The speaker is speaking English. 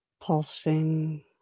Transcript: pulsing